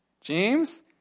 James